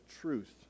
truth